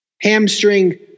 hamstring